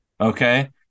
okay